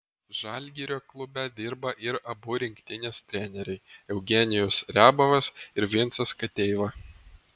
žalgirio klube dirba ir abu rinktinės treneriai eugenijus riabovas ir vincas kateiva